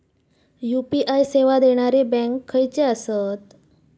UPI सेवा देणारे bank खयचे आसत?